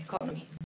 economy